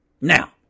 Now